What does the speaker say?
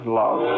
love